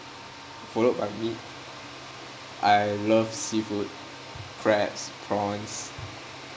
followed by meat I love seafood crabs prawns